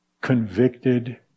convicted